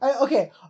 Okay